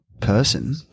person